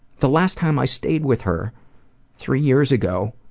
the last time i stayed with her three years ago,